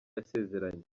yasezeranye